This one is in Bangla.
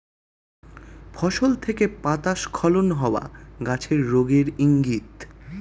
ফসল থেকে পাতা স্খলন হওয়া গাছের রোগের ইংগিত